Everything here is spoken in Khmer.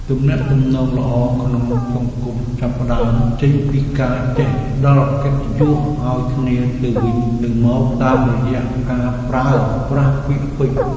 ទំនាក់ទំនងល្អក្នុងសង្គមចាប់ផ្តើមចេញពីការចេះផ្ដល់កិត្តិយសឱ្យគ្នាទៅវិញទៅមកតាមរយៈការប្រើប្រាស់ពាក្យពេចន៍។